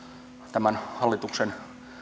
tämän hallituksen